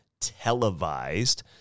televised